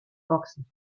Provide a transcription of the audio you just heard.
boxen